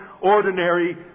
ordinary